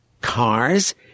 cars